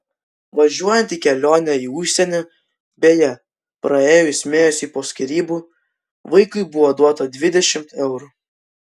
važiuojant į kelionę į užsienį beje praėjus mėnesiui po skyrybų vaikui buvo duota dvidešimt eurų